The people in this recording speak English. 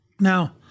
Now